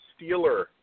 Steeler